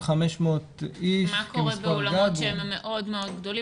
מה קורה באולמות שהם מאוד גדולים?